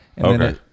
Okay